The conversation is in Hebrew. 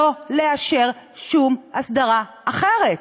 לא לאשר שום הסדרה אחרת.